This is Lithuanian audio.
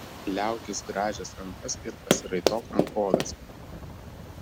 liaukis grąžęs rankas ir pasiraitok rankoves